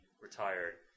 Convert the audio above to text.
retired